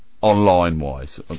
online-wise